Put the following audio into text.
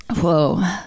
Whoa